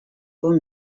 for